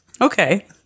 Okay